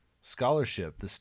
scholarship